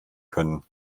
können